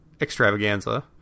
extravaganza